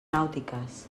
nàutiques